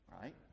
right